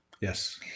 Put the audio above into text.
yes